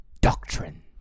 doctrine